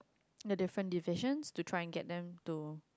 their different deviation to trying get them to